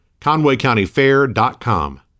conwaycountyfair.com